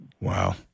wow